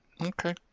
Okay